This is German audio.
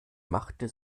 machte